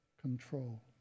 control